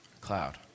cloud